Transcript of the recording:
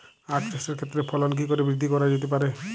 আক চাষের ক্ষেত্রে ফলন কি করে বৃদ্ধি করা যেতে পারে?